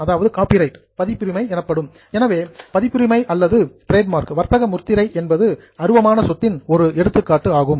எனவே காபிரைட் பதிப்புரிமை அல்லது டிரேடு மார்க் வர்த்தக முத்திரை என்பது அருவமான சொத்தின் ஒரு எடுத்துக்காட்டு ஆகும்